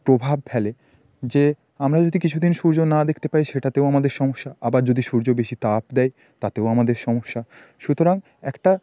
প্রভাব ফেলে যে আমরা যদি কিছু দিন সূর্য না দেখতে পাই সেটাতেও আমাদের সমস্যা আবার যদি সূর্য বেশি তাপ দেয় তাতেও আমাদের সমস্যা সুতরাং একটা